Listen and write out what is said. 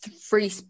free